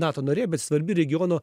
nato narė bet svarbi regiono